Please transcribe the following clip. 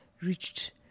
reached